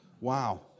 Wow